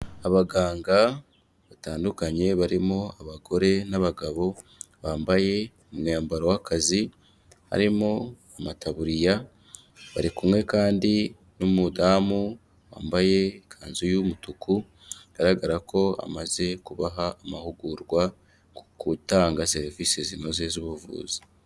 Abaganga batandukanye barimo abagore n'abagabo, bambaye umwambaro w'akazi, harimo amataburiya, bari kumwe kandi n'umudamu wambaye ikanzu y'umutuku, bigaragara ko amaze kubaha amahugurwa ku kutanga serivise zinoze z'ubuvuzi.